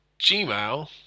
Gmail